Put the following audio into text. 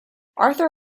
arthur